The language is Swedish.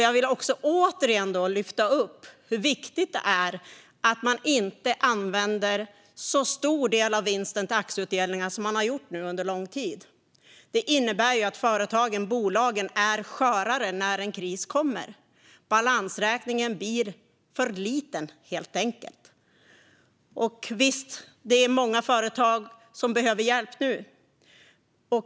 Jag vill återigen lyfta upp hur viktigt det är att man inte använder så stor del av vinsten till aktieutdelningar som man nu har gjort under lång tid. Det innebär att företagen, bolagen, är skörare när en kris kommer. Balansräkningen blir för liten helt enkelt. Visst är det många företag som nu behöver hjälp.